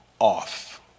Off